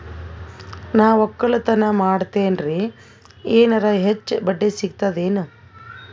ನಾ ಒಕ್ಕಲತನ ಮಾಡತೆನ್ರಿ ಎನೆರ ಹೆಚ್ಚ ಬಡ್ಡಿ ಸಿಗತದೇನು?